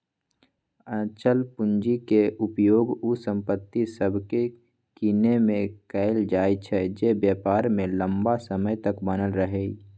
अचल पूंजी के उपयोग उ संपत्ति सभके किनेमें कएल जाइ छइ जे व्यापार में लम्मा समय तक बनल रहइ